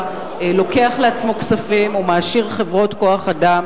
לוקח לעצמו כספים ומעשיר חברות כוח-אדם,